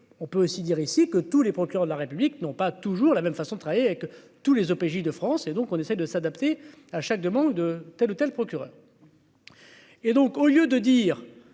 on peut aussi dire ici que tous les procureurs de la République n'ont pas toujours la même façon de travailler avec tous les OPJ de France et donc on essaye de s'adapter à chaque demande de telle ou telle procureur et donc au lieu de dire